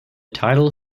title